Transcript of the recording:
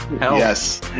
Yes